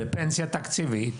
בפנסיה תקציבית,